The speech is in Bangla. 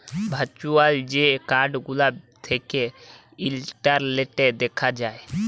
ভার্চুয়াল যে কাড় গুলা থ্যাকে ইলটারলেটে দ্যাখা যায়